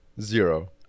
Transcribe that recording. Zero